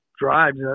drives